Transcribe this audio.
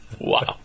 Wow